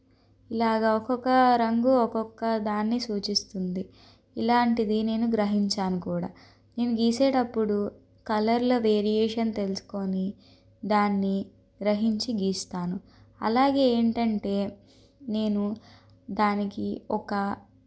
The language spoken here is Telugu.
లాగా ఒకొక్క రంగు ఒకొక్క దాన్ని సూచిస్తుంది ఇలాంటిది నేను గ్రహించాను కూడా నేను గీసేటప్పుడు కలర్ల వేరియేషన్ తెలుసుకోని దాన్ని గ్రహించి గీస్తాను అలాగే ఏంటంటే నేను దానికి ఒక